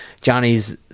Johnny's